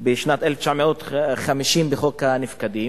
בשנת 1950 בחוק הנפקדים.